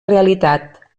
realitat